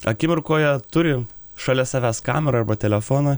akimirkoje turi šalia savęs kamerą arba telefoną